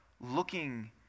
looking